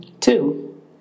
Two